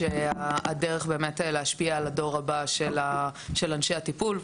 שהדרך להשפיע על הדור הבא של אנשי הטיפול,